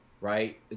right